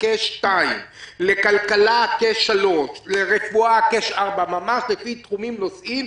הקש 2. לכלכלה הקש 3. לרפואה הקש 4. ממש לפי תחומים ונושאים,